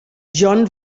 john